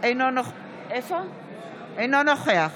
אינו נוכח